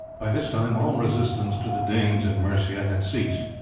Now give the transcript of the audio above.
by this time all resistance to the danes in mercia had ceased.